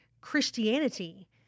Christianity